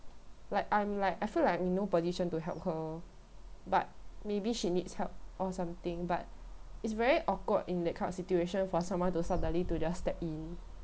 like I'm like I feel like I'm in no position to help her but maybe she needs help or something but it's very awkward in that kind of situation for someone to suddenly to just step in